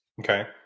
Okay